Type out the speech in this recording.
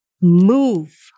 move